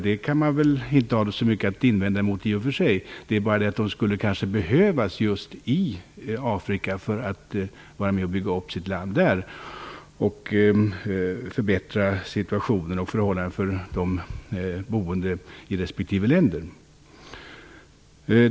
Det kan man i och för sig inte ha så mycket att invända mot, men de skulle kanske behövas i Afrika för att vara med och bygga upp sitt land och förbättra situationen och förhållandena för de boende i respektive länder.